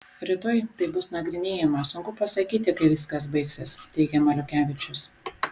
rytoj tai bus nagrinėjama sunku pasakyti kaip viskas baigsis teigia maliukevičius